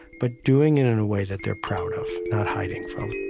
but doing it in a way that they're proud of, not hiding from